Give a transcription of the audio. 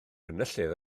enillydd